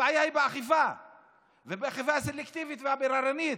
הבעיה היא באכיפה הסלקטיבית והבררנית,